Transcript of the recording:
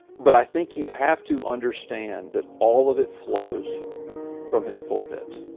but i think you have to understand that all of it flows from his pulpit.